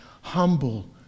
Humble